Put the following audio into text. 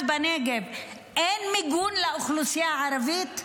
בנגב אין מיגון לאוכלוסייה הערבית?